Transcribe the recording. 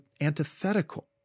antithetical